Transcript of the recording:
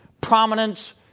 prominence